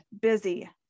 busy